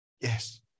Yes